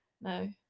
No